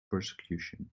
persecution